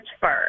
first